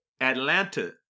atlanta